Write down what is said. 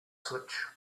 switch